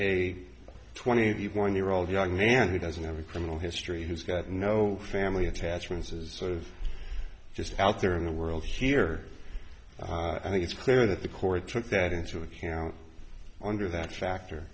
a twenty one year old young man who doesn't have a criminal history who's got no family attachments is sort of just out there in the world here i think it's clear that the court took that into account under that factor